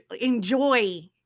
enjoy